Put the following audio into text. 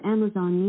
Amazon